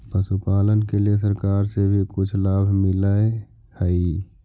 पशुपालन के लिए सरकार से भी कुछ लाभ मिलै हई?